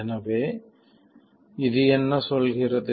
எனவே இது என்ன சொல்கிறது